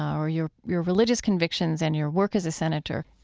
or your your religious convictions and your work as a senator?